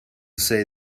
say